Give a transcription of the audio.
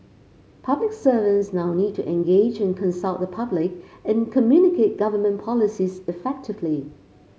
public servants now need to engage and consult the public and communicate government policies effectively